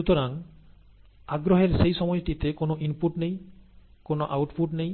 সুতরাং আগ্রহের সেই সময়টিতে কোন ইনপুট নেই কোন আউটপুট নেই